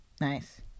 Nice